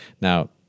now